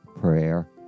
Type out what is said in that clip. prayer